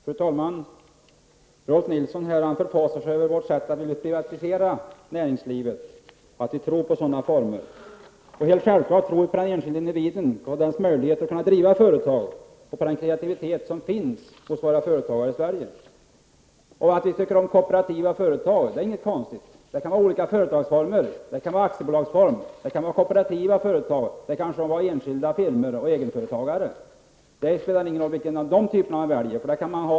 Fru talman! Rolf L Nilson förfasade sig över att vi vill privatisera näringslivet och att vi tror på den formen. Det är helt självklart att vi tror på den enskilde individen, på den enskildes möjligheter att kunna driva företag och på den kreativitet som finns hos våra företagare i Sverige. Det är inte konstigt att vi tycker om kooperativa företag. Man kan ha olika företagsformer, aktiebolag, kooperativa företag, enskilda firmor eller också kan man vara egenföretagare. Det spelar ingen roll vilken av dessa typer man väljer.